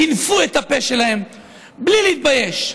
טינפו את הפה שלהם בלי להתבייש,